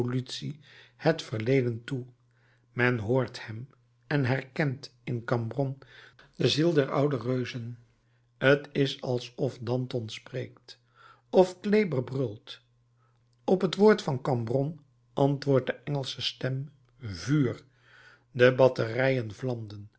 het verleden toe men hoort hem en herkent in cambronne de ziel der oude reuzen t is alsof danton spreekt of kleber brult op het woord van cambronne antwoordt de engelsche stem vuur de batterijen